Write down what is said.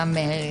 בהתאם.